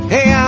Hey